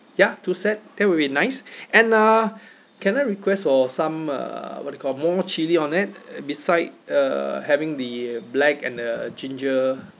ya two set that will be nice and uh can I request for some uh what they call more chilli on it beside uh having the black and the ginger